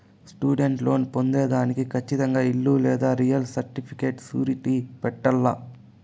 student loan పొందేదానికి కచ్చితంగా ఇల్లు లేదా రియల్ సర్టిఫికేట్ సూరిటీ పెట్టాల్ల